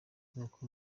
nuko